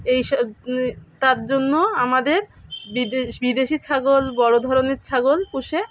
এই সব তার জন্য আমাদের বিদেশ বিদেশি ছাগল বড়ো ধরনের ছাগল পুষে